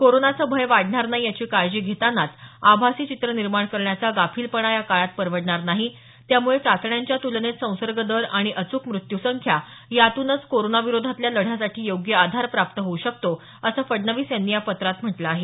कोरोनाचं भय वाढणार नाही याची काळजी घेतानाच आभासी चित्र निर्माण करण्याचा गाफिलपणा या काळात परवडणार नाही त्यामुळे चाचण्यांच्या तुलनेत संसर्ग दर आणि अचूक मृत्यू संख्या यातूनच कोरोनाविरोधातल्या लढ्यासाठी योग्य आधार प्राप्त होऊ शकतो असं फडणवीस यांनी या पत्रात म्हटल आहे